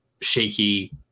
shaky